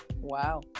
Wow